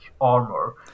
armor